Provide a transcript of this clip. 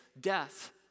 death